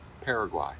Paraguay